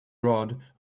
rod